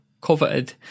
coveted